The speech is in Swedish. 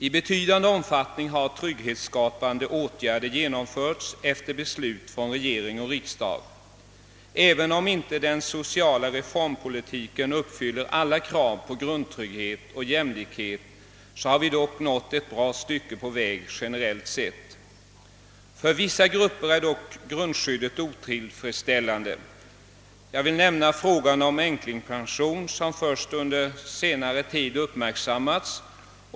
I betydande omfattning har trygghetsskapande åtgärder genomförts efter beslut från regering och riksdag. även om den sociala reformpolitiken inte uppfyller alla krav på grundtrygghet och jämlikhet, så har vi ändå generellt sett nått ett bra stycke på väg. För vissa grupper är dock grundskyddet otillfredsställande. Jag vill nämna frågan om änklingspension, som först under senare tid uppmärksammats.